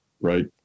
Right